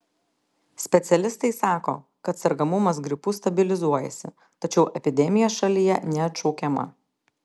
specialistai sako kad sergamumas gripu stabilizuojasi tačiau epidemija šalyje neatšaukiama